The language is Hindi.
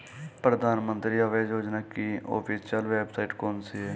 प्रधानमंत्री आवास योजना की ऑफिशियल वेबसाइट कौन सी है?